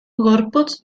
gorputz